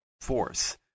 force